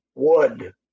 Wood